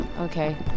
Okay